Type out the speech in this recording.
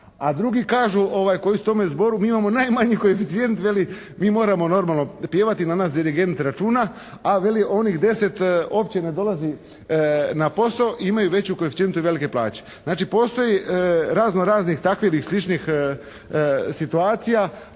A drugi kažu koji su u tom zboru mi imamo najmanji koeficijent. Veli, mi moramo normalno pjevati. Na nas dirigent računa, a veli onih 10 uopće ne dolazi na posao i imaju veći koeficijent i velike plaće. Znači, postoji razno raznih takvih ili sličnih situacija